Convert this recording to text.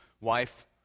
wife